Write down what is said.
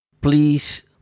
please